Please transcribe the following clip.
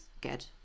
good